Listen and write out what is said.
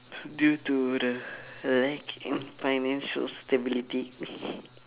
due to the lack in financial stability